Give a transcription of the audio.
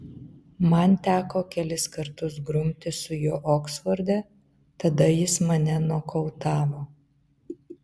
man teko kelis kartus grumtis su juo oksforde tada jis mane nokautavo